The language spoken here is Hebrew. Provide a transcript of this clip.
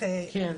אז אני אגיד לך,